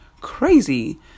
crazy